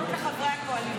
גזענות של חברי הקואליציה.